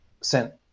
sent